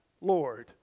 Lord